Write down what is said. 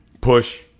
Push